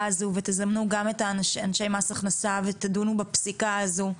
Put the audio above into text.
הזו ותזמנו גם את אנשי מס הכנסה ותדונו בפסיקה הזו,